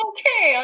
Okay